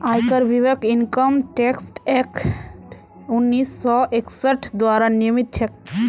आयकर विभाग income tax act उन्नीस सौ इकसठ द्वारा नियमित छेक